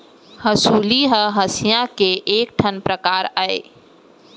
हँसुली ह हँसिया के एक ठन परकार अय